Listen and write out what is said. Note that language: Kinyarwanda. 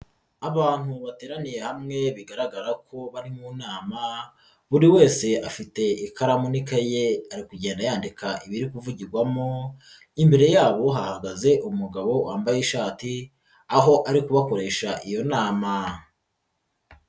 Abantu bateraniye hamwe bigaragara ko bari mu nama buri wese afite ikaramun'ikayi ye ari kugenda yandika ibiri kuvugirwamo, imbere yabo hahagaze umugabo wambaye ishati aho ari kubakoresha iyo nama.